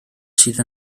sydd